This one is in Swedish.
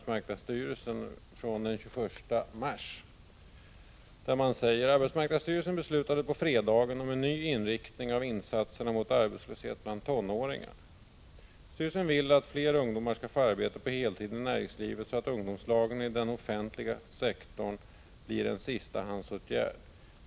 Det lämnades den 21 mars och lyder: ”Arbetsmarknadsstyrelsen beslutade på fredagen om en ny inriktning av insatserna mot arbetslöshet bland tonåringar. Styrelsen vill att fler ungdomar ska få arbete på heltid i näringslivet så att ungdomslagen i den offentliga sektorn blir en sistahandsåtgärd.